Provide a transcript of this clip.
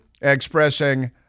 expressing